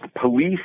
police